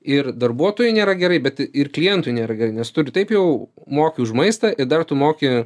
ir darbuotojui nėra gerai bet ir klientui nėra nes tu ir taip jau moki už maistą ir dar tu moki